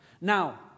Now